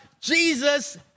Jesus